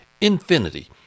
Infinity